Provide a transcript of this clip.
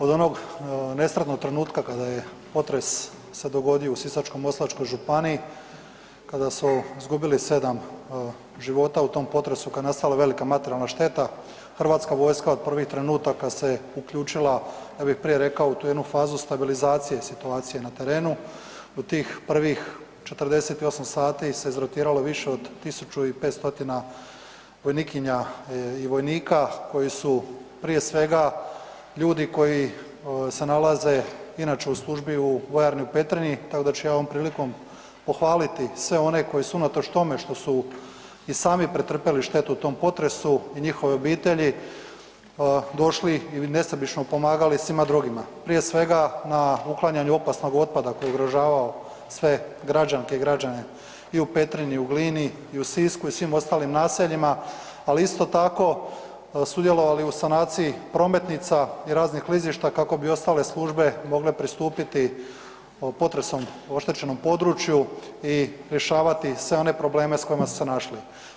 Od onog nesretnog trenutka kada je potres se dogodio u Sisačko-moslavačkoj županiji, kada su izgubili sedam života u tom potresu kada je nastala velika materijalna šteta Hrvatska vojska od prvih trenutaka se uključila, ja bih prije rekao u tu jednu fazu stabilizacije situacije na terenu u tih prvih 48 sati se izrotiralo više od 1500 vojnikinja i vojnika koji su prije svega ljudi koji se nalaze inače u službi u vojarni u Petrinji, tako da ću ja ovom prilikom pohvaliti sve one koji su unatoč tome što su i sami pretrpjeli štetu u tom potresu i njihove obitelji došli i nesebično pomagali svima drugima, prije svega na uklanjanju opasnog otpada koji je ugrožavao sve građanke i građane i u Petrinji i u Glini i u Sisku i svim ostalim naseljima, ali isto tako sudjelovali u sanaciji prometnica i raznih klizišta kako bi ostale službe mogle pristupiti potresom oštećenom području i rješavati sve one probleme s kojima su se našli.